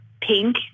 pink